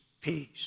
peace